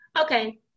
Okay